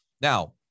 Now